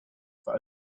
for